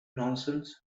nonsense